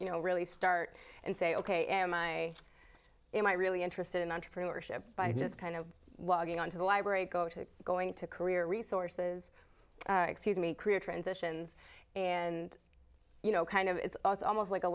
you know really start and say ok am i am i really interested in entrepreneurship by just kind of walking on to the library go to going to career resources excuse me career transitions and you know kind of it's almost like a